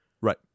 Right